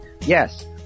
yes